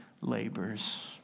labors